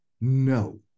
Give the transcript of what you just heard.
No